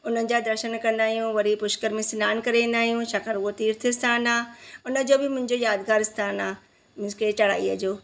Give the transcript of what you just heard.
उन्हनि जा दर्शन कंदा आहियूं वरी पुश्कर में सनानु करे ईंदा आहियूं छकाणि उहो तीर्थ आस्थानु आहे उनजो बि मुंहिंजे यादिगार आस्थानु आहे मींस के चढ़ाई जो